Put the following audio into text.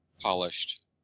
polished